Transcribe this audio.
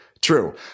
True